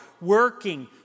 working